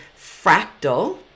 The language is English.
fractal